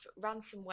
ransomware